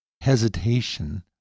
hesitation